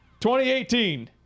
2018